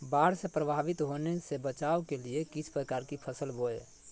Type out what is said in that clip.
बाढ़ से प्रभावित होने से बचाव के लिए किस प्रकार की फसल बोए?